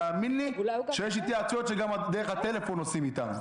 תאמין לי שיש התייעצויות שגם דרך הטלפון עושים אתם.